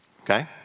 okay